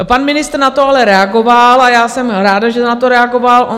Pan ministr na to ale reagoval a já jsem ráda, že na to reagoval.